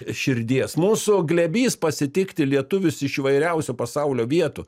širdies mūsų glėbys pasitikti lietuvius iš įvairiausių pasaulio vietų